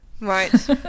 right